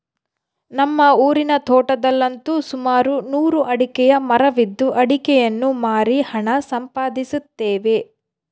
ನಮ್ಮ ಊರಿನ ತೋಟದಲ್ಲಂತು ಸುಮಾರು ನೂರು ಅಡಿಕೆಯ ಮರವಿದ್ದು ಅಡಿಕೆಯನ್ನು ಮಾರಿ ಹಣ ಸಂಪಾದಿಸುತ್ತೇವೆ